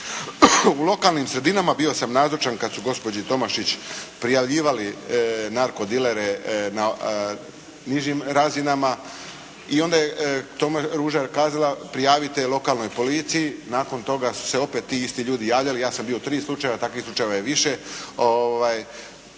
U lokalnim sredinama, bio sam nazočan kad su gospođi Tomašić prijavljivali narko dilere na nižim razinama i onda je Ruža kazala prijavite lokalnoj policiji. Nakon toga su se opet ti isti ljudi javljali, ja sam bio u tri slučajeva, takvih slučajeva je više.